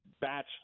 batch